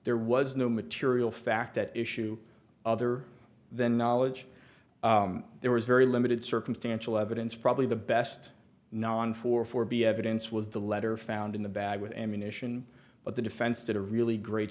there was no material fact at issue other than knowledge there was very limited circumstantial evidence probably the best non for for be evidence was the letter found in the bag with ammunition but the defense did a really great